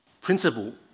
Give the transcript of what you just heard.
principle